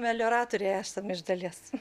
melioratoriai esam iš dalies